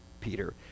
Peter